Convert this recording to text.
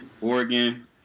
Oregon